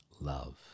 love